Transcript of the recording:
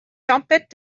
tempête